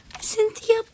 Cynthia